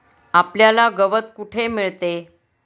आपल्याला गवत कुठे मिळतं?